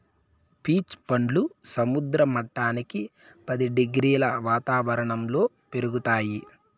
peach పండ్లు సముద్ర మట్టానికి పది డిగ్రీల వాతావరణంలో పెరుగుతాయి